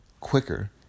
quicker